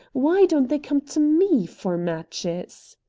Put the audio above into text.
why don't they come to me for matches?